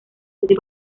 útil